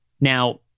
Now